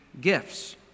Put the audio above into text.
gifts